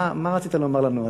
מה רצית לומר לנו על,